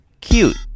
cute